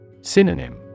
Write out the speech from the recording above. Synonym